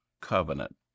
Covenant